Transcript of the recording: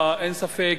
אין ספק,